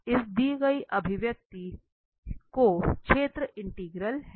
तो यह क्षेत्र इंटीग्रल है